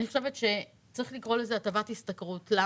אני חושבת שצריך לקרוא לזה הטבת השתכרות כי